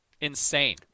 Insane